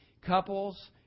Couples